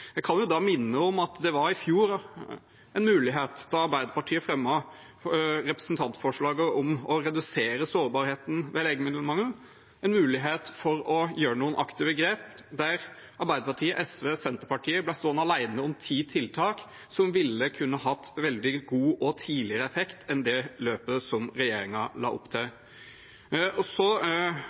Jeg kan jo da minne om at det var en mulighet i fjor, da Arbeiderpartiet fremmet representantforslaget om å redusere sårbarheten ved legemiddelmangel – en mulighet for å gjøre noen aktive grep, der Arbeiderpartiet, SV og Senterpartiet ble stående alene om ti tiltak som ville kunne hatt veldig god og tidligere effekt sammenlignet med det løpet som regjeringen la opp til.